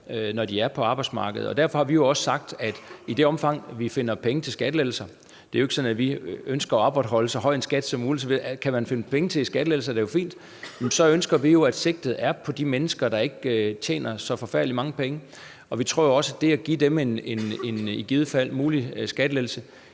når de er på arbejdsmarkedet. Derfor har vi også sagt, at i det omfang, vi finder penge til skattelettelser – det er jo ikke sådan, at vi ønsker at opretholde så høj en skat som muligt, så kan man finde penge til skattelettelser, er det jo fint – så ønsker vi, at sigtet er på de mennesker, der ikke tjener så forfærdelig mange penge. Vi tror jo også, at det at give dem i givet fald en mulig skattelettelse